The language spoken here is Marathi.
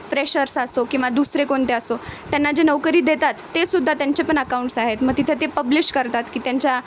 फ्रेशर्स असो किंवा दुसरे कोणते असो त्यांना जे नोकरी देतात तेसुद्धा त्यांचे पण अकाऊंट्स आहेत मग तिथं ते पब्लिश करतात की त्यांच्या